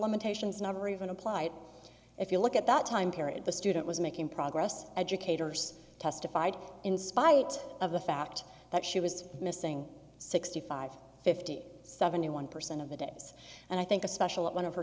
limitations never even applied if you look at that time period the student was making progress educators testified in spite of the fact that she was missing sixty five fifty seventy one percent of the days and i think especially at one of her